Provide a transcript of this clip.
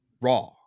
raw